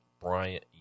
Bryant